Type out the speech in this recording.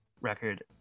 record